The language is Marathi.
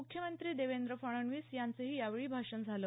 मुख्यमंत्री देवेंद्र फडणवीस यांचंही यावेळी भाषण झालं